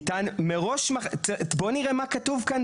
ניתן, מראש, בוא נראה מה כתוב כאן